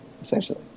essentially